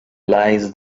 lies